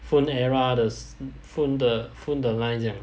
phone era the phone the phone the line 这样